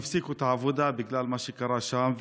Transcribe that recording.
הפסיקו את העבודה בגלל מה שקרה שם,